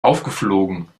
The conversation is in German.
aufgeflogen